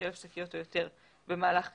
25,000 שקיות או יותר במהלך רבעון,